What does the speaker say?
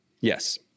yes